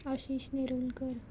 Ashish Nerulkar